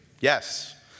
Yes